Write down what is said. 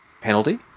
penalty